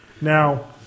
Now